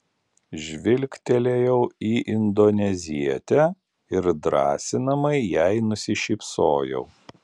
žvilgtelėjau į indonezietę ir drąsinamai jai nusišypsojau